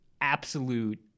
Absolute